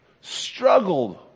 struggled